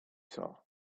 saw